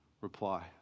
reply